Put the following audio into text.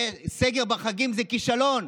כי סגר בחגים זה כישלון.